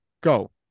Go